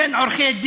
כן?